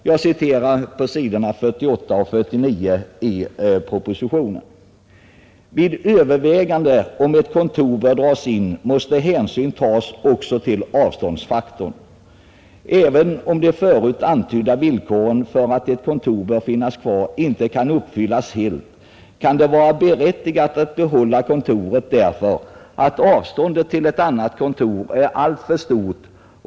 Jag citerar från s. 48 och 49 i statsverkspropositionens bilaga 13: ”Vid överväganden om ett kontor bör dras in måste hänsyn tas också till avståndsfaktorn. Även om de förut antydda villkoren för att ett kontor bör finnas kvar inte kan uppfyllas helt, kan det vara berättigat att behålla kontoret därför att avståndet till annat kontor är alltför stort.